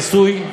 נשוי,